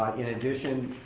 um in addition,